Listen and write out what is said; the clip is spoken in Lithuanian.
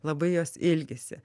labai jos ilgisi